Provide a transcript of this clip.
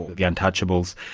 the untouchables,